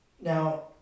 Now